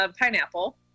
pineapple